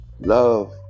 Love